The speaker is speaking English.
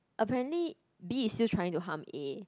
apparently B is still trying to harm A